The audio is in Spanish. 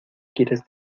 quieres